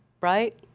right